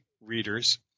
readers